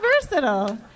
versatile